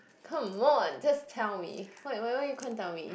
come on just tell me why why why you can't tell me